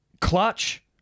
clutch